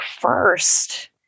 first